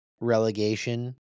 relegation